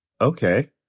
okay